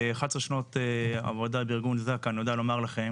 באחת עשר שנות עבודה בארגון זק"א אני יודע לומר לכם